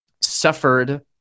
suffered